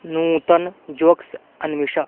नूतनं जोक्स् अन्विष